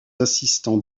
assistants